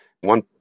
one